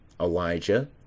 Elijah